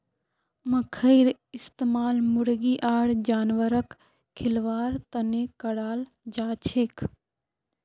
मखईर इस्तमाल मुर्गी आर जानवरक खिलव्वार तने कराल जाछेक